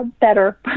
Better